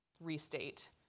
restate